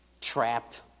trapped